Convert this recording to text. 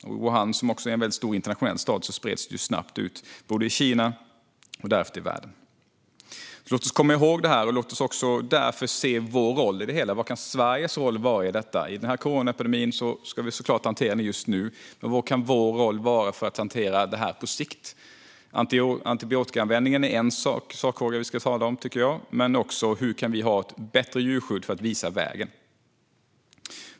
Från Wuhan, som är en väldigt stor och internationell stad, spreds det snabbt ut i Kina och därefter i världen. Låt oss komma ihåg detta, och låt oss därför också se vår roll i det hela. Vad kan Sveriges roll vara i detta? Denna coronaepidemi ska vi såklart hantera just nu, men vad kan vår roll vara för att hantera detta på sikt? Antibiotikaanvändningen är en sakfråga som jag tycker att vi ska tala om, liksom hur vi kan ha ett bättre djurskydd för att visa vägen.